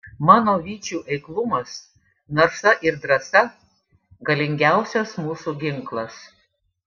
mano vyčių eiklumas narsa ir drąsa galingiausias mūsų ginklas